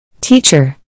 Teacher